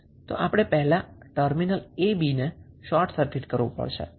તો આપણે પહેલા ટર્મિનલ a b ને શોર્ટ સર્કિટ કરવું પડશે